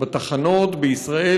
בתחנות בישראל,